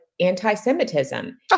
Anti-Semitism